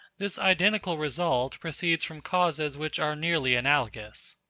this identical result proceeds from causes which are nearly analogous.